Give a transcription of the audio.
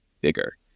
bigger